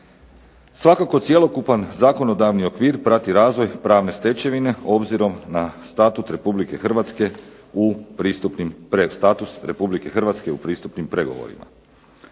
Svakako cjelokupan zakonodavni okvir prati razvoj pravne stečevine obzirom na Statut Republike Hrvatske u pristupnim pregovorima.